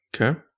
Okay